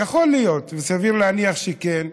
וסביר להניח שכן,